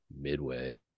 midway